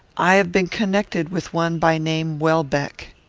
i have been connected with one by name welbeck.